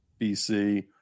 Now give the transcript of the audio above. BC